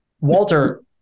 Walter